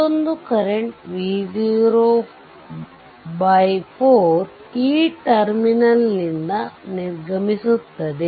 ಮತ್ತೊಂದು current V0 4 ಈ terminal ನಿಂದ ನಿರ್ಗಮಿಸುತ್ತದೆ